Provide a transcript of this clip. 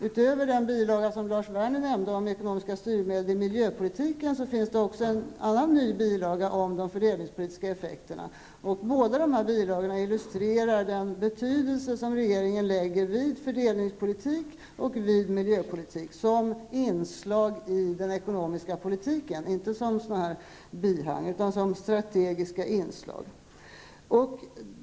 Utöver den bilaga som Lars Werner nämnde om ekonomiska styrmedel i miljöpolitiken finns det en annan ny bilaga om de fördelningspolitiska effekterna. Båda de här bilagorna illustrerar den betydelse som regeringen lägger vid fördelningspolitik och vid miljöpolitik som inslag i den ekonomiska politiken, inte som bihang utan som strategiska inslag.